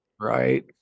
right